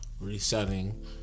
resetting